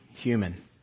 human